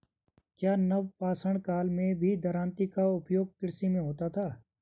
क्या नवपाषाण काल में भी दरांती का उपयोग कृषि में होता था?